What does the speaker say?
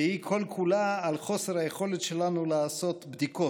והיא כל-כולה על חוסר היכולת שלנו לעשות בדיקות.